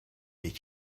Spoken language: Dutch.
dit